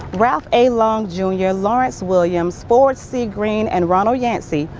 ralph a. long junior, lawrence williams, ford c. greene and ronald yancey.